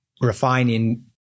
refining